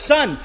Son